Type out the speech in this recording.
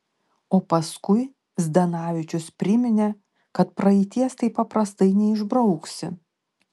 o paskui zdanavičius priminė kad praeities taip paprastai neišbrauksi